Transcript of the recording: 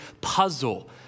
puzzle